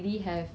!wow!